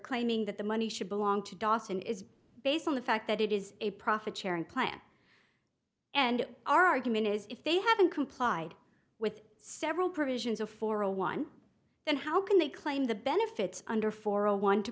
claiming that the money should belong to dawson is based on the fact that it is a profit sharing plan and our argument is if they haven't complied with several provisions of four a one then how can they claim the benefits under for a one to